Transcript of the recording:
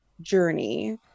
journey